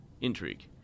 intrigue